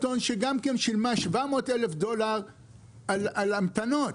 טון שגם שילמה 700,000 דולר על המתנות